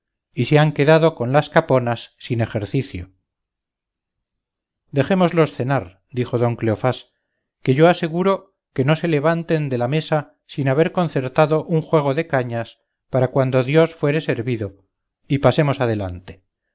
y se han quedado con las caponas sin ejercicio dejémoslos cenar dijo don cleofás que yo aseguro que no se levanten de la mesa sin haber concertado un juego de cañas para cuando dios fuere servido y pasemos adelante